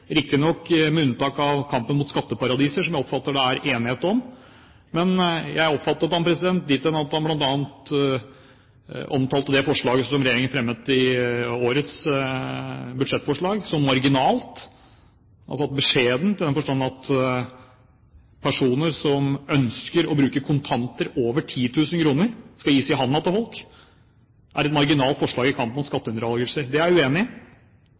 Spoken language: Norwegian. riktignok med unntak av kampen mot skatteparadiser, som jeg oppfatter at det er enighet om. Men jeg oppfattet ham dit hen at han omtalte det forslaget som regjeringen har fremmet i årets budsjettforslag, som marginalt, altså beskjedent, i den forstand at et forslag om kjøp av kontante tjenester til inntil 10 000 kr, som skal gis i handa til folk, er et marginalt forslag i kampen mot skatteunndragelser. Det er jeg uenig i.